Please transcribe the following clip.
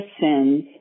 sins